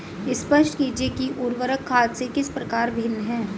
स्पष्ट कीजिए कि उर्वरक खाद से किस प्रकार भिन्न है?